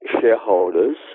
shareholders